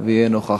אם יהיה נוכח.